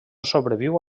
sobreviu